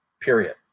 period